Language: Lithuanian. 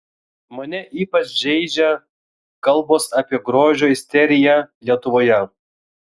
mane ypač žeidžia kalbos apie grožio isteriją lietuvoje